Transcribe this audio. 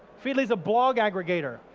feedly is a blog aggregator.